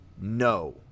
no